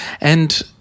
And-